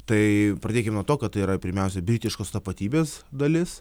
tai pradėkim nuo to kad tai yra pirmiausia britiškos tapatybės dalis